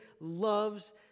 loves